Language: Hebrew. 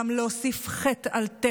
חשוב לכם גם להוסיף חטא על טבח,